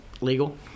legal